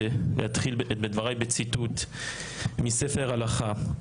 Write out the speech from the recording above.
דבריי בציטוט מספר הלכה.